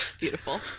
Beautiful